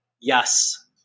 Yes